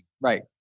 Right